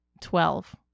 Twelve